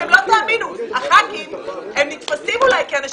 אתם לא תאמינו אבל חברי הכנסת נתפסים אולי כאנשים